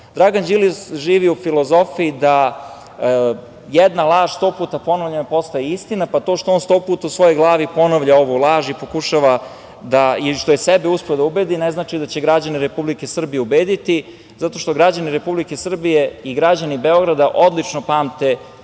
pobedu. Dragan Đilas živi u filozofiji da jedna laž sto puta ponovljena postaje istina, pa to što on sto puta u svojoj glavi ponavlja ovu laž i pokušava… To što je sebe uspeo da ubedi ne znači da će građani Republike Srbije ubediti zato što građani Republike Srbije i građani Beograda odlično pamte